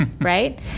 Right